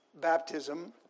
baptism